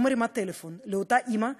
לא מרימה טלפון לאותה אימא,